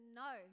no